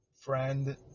friend